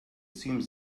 seems